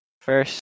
First